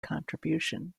contribution